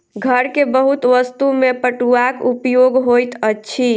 घर के बहुत वस्तु में पटुआक उपयोग होइत अछि